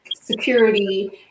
security